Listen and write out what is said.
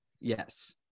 yes